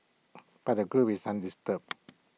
but the group is undisturbed